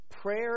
prayer